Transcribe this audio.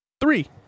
Three